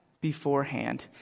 beforehand